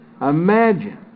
Imagine